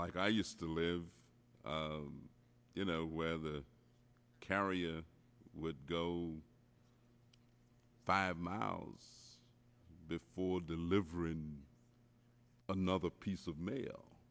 like i used to live you know whether the carrier would go five miles before delivering another piece of mail